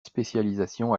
spécialisation